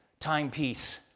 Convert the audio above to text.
timepiece